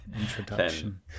introduction